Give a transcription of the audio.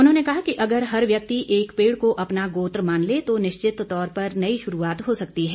उन्होंने कहा कि अगर हर व्यक्ति एक पेड़ को अपना गोत्र मान ले तो निश्चित तौर पर नई शुरूआत हो सकती है